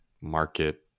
market